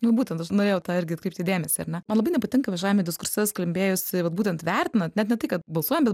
va būtent aš norėjau į tą irgi atkreipti dėmesį ar ne man labai nepatinka viešajame diskurse skambėjusį vat būtent vertinant net ne tai kad balsuojam bet